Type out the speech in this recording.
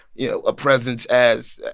you know, a presence as,